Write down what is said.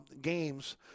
games